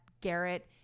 Garrett